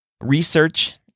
Research